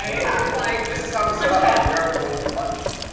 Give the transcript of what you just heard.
like this is how we settle where we're going to lunch.